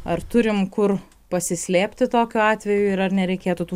ar turim kur pasislėpti tokiu atveju ir ar nereikėtų tų